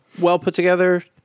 well-put-together